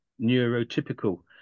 neurotypical